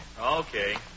Okay